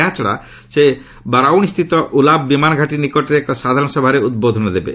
ଏହାଛଡ଼ା ସେ ବାରାଉଣୀସ୍ଥିତ ଉଲାବ୍ ବିମାନଘାଟି ନିକଟରେ ଏକ ସାଧାରଣ ସଭାରେ ଉଦ୍ବୋଧନ ଦେବେ